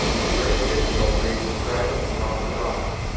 with great difficulty, travis topped a rise.